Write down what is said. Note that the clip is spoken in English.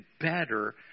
better